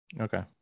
okay